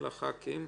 החוק הוא חוק נכון,